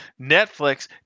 netflix